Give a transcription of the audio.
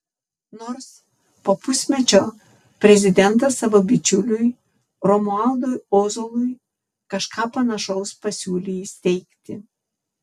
nors po pusmečio prezidentas savo bičiuliui romualdui ozolui kažką panašaus pasiūlė įsteigti